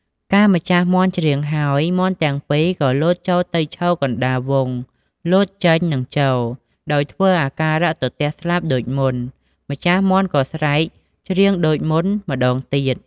កាលម្ចាស់មាន់ច្រៀងហើយ មាន់ទាំងពីរក៏លោតចូលទៅឈរកណ្តាលវង់ លោតចេញ និងចូល ដោយធ្វើអាការៈទទះស្លាបដូចមុន ម្ចាស់ មាន់ក៏ស្រែក ច្រៀងដូចមុខម្តងទៀត ។